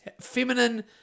Feminine